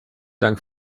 dank